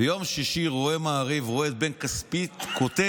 ביום שישי אני רואה מעריב, רואה את בן כספית כותב